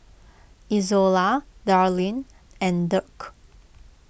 Izola Darleen and Dirk